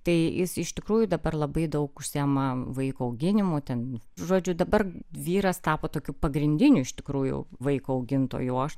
tai jis iš tikrųjų dabar labai daug užsiima vaiko auginimu ten žodžiu dabar vyras tapo tokiu pagrindiniu iš tikrųjų vaiko augintoju o aš